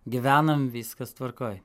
gyvenam viskas tvarkoj